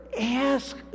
ask